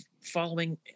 following